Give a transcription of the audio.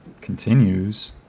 continues